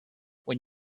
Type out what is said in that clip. when